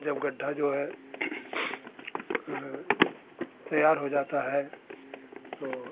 जब गढ्ढा जो है तैयार हो जाता है तो